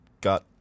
got